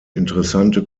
interessante